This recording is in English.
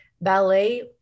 Ballet